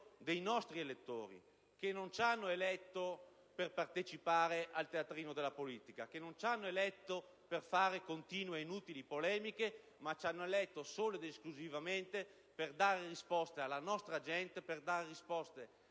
i nostri elettori, che non ci hanno eletto per partecipare al teatrino della politica, o per fare continue ed inutili polemiche: ci hanno eletto solo ed esclusivamente per dare risposte alla nostra gente, al nostro